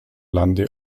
lande